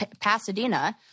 Pasadena